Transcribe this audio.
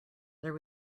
there